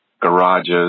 garages